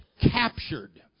Captured